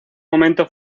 momento